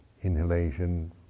inhalation